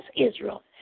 Israel